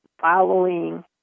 following